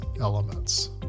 elements